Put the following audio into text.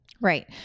Right